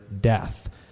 death